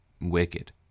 wicked